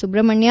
Subrahmanya